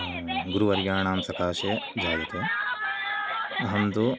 गुरुवर्याणां सकासे जायते अहं तु